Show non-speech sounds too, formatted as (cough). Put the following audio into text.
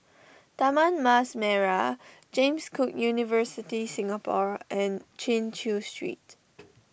Taman Mas Merah James Cook University Singapore and (noise) Chin Chew Street